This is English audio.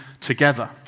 together